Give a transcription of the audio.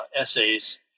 essays